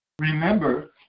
Remember